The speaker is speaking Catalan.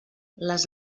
les